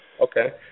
Okay